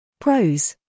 Pros